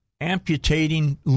amputating